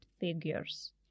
figures